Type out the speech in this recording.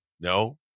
No